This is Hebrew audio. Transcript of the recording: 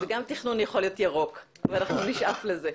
ותכנון יכול גם להיות ירוק, ואנחנו נשאף לזה.